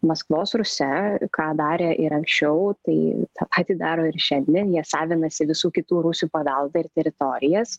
maskvos rusia ką darė ir anksčiau tai tą patį daro ir šiandien jie savinasi visų kitų rusių paveldą ir teritorijas